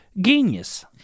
GENIUS